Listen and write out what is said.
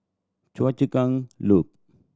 Choa Chu Kang Loop